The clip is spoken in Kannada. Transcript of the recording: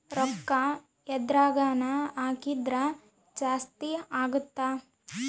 ರೂಕ್ಕ ಎದ್ರಗನ ಹಾಕಿದ್ರ ಜಾಸ್ತಿ ಅಗುತ್ತ